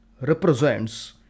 represents